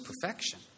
perfection